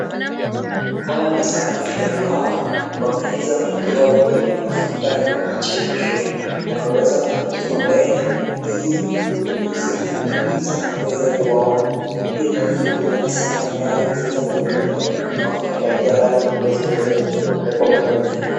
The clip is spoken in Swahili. Hawa ni samaki ambao wameweza kutiwa kwenye mafuta na wakachemshwa na wakaweza kupakiwa mbele ili mnunuzi anapopita aweze kuwaona. Pia utaweza kuiona sinia ambayo imeweza kuwekelewa mafuta yakaingia pale ndipo ziweze kuwekwa pale juu.